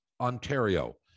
Ontario